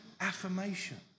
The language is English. affirmation